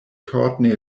courtney